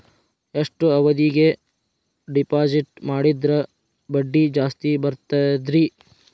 ಎಷ್ಟು ಅವಧಿಗೆ ಡಿಪಾಜಿಟ್ ಮಾಡಿದ್ರ ಬಡ್ಡಿ ಜಾಸ್ತಿ ಬರ್ತದ್ರಿ?